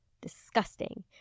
Disgusting